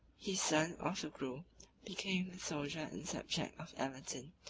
his son orthogrul became the soldier and subject of aladin,